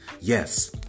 yes